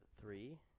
Three